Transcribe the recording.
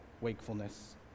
wakefulness